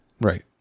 Right